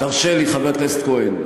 תרשה לי, חבר הכנסת כהן.